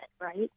right